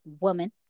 woman